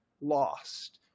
lost